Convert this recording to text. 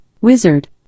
wizard